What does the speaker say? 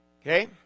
Okay